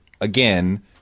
again